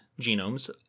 genomes